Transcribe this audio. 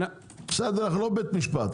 אנחנו לא בית משפט.